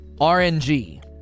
RNG